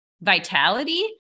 vitality